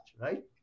right